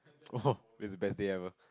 oh is the best day ever